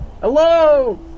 Hello